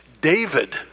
David